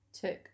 took